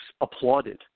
applauded